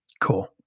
Cool